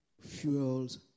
fuels